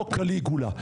חוק קליגולה,